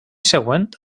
següent